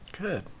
Good